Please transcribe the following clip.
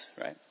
right